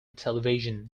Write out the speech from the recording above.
television